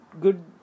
good